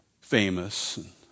famous